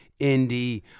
indie